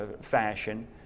fashion